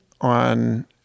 on –